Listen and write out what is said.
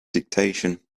dictation